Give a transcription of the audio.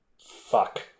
Fuck